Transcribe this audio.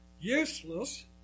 useless